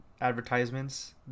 advertisements